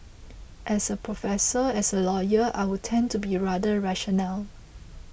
as a professor as a lawyer I would tend to be rather rational